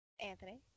Anthony